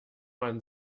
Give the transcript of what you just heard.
man